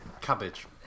Cabbage